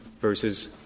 versus